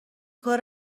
کار